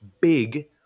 big